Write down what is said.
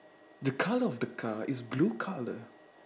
the colour of the car is blue colour